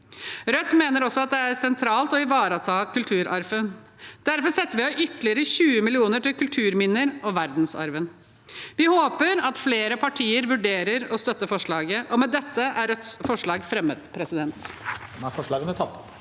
Rødt mener også at det er sentralt å ivareta kulturarven. Derfor setter vi av ytterligere 20 mill. kr til kulturminner og verdensarven. Vi håper at flere partier vurderer å støtte forslaget. Med dette er Rødts forslag fremmet. Presidenten